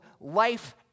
life